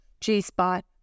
g-spot